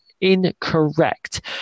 incorrect